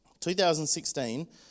2016